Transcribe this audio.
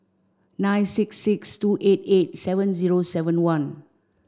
nine six six two eight eight seven zero seven one